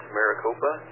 Maricopa